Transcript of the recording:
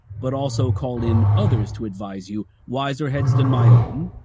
but also call in others to advise you? wiser heads than my own,